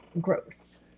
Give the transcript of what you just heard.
growth